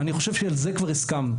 אני חושב שעל זה כבר הסכמנו,